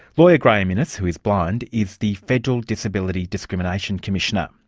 lawyer graeme innes, who is blind, is the federal disability discrimination commissioner.